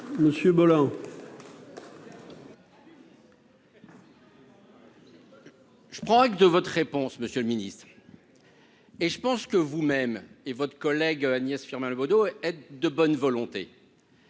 Monsieur Bala. Je prends acte de votre réponse Monsieur le Ministre, et je pense que vous-même et votre collègue Agnès Firmin Le Bodo aide de bonne volonté.